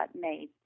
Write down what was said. made